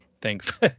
Thanks